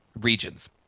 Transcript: Regions